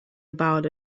about